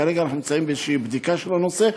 כרגע אנחנו נמצאים בבדיקה של הנושא.